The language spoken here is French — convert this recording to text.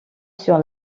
sur